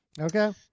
Okay